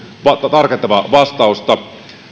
tarkentavaa vastausta